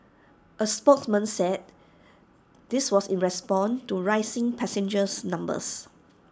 A spokesman said this was in response to rising passengers numbers